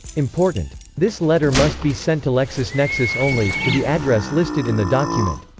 important! this letter must be sent to lexisnexis only, to the address listed in the document.